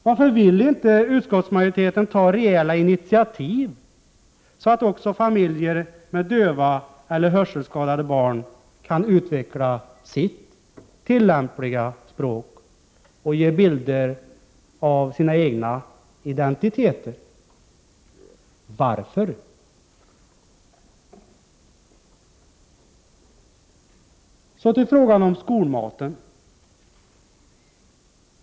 Varför vill inte utskottsmajoriteten ta rejäla initiativ, så att också familjer med döva eller hörselskadade barn kan utveckla sitt tillämpliga språk och ge bilder av sina egna identiteter? Varför? Så till frågan om skolmaten.